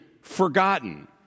forgotten